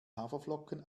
haferflocken